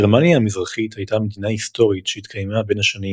גרמניה המזרחית הייתה מדינה היסטורית שהתקיימה בין השנים